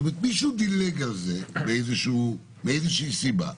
זאת אומרת, מישהו דילג על זה מאיזושהי סיבה.